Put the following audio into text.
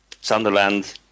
Sunderland